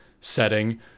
setting